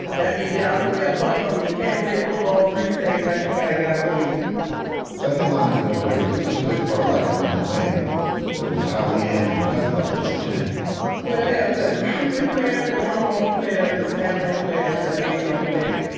that mean get out the way. a car coming. you can't play football, freeze tag, nothing. and you gotta get out the way second lines and parades were such a big part of life around dumaine that it was how le-ann and her cousins played pretend we'll have the trumpet player, the trombone player, the snare-drum player, the bass-drum player.